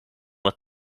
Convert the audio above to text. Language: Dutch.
het